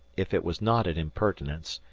if it was not an impertinence,